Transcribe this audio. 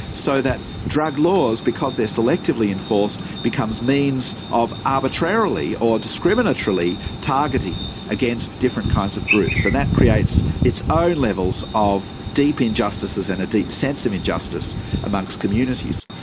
so that drug laws, because they're selectively enforced, become means of arbitrarily or discriminatorily targeting against different kinds of groups. and that creates its own levels of deep injustices and a deep sense of injustice amongst communities.